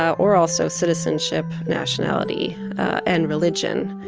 or also citizenship, nationality and religion.